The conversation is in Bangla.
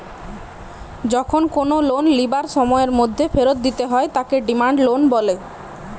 যখন কোনো লোন লিবার সময়ের মধ্যে ফেরত দিতে হয় তাকে ডিমান্ড লোন বলে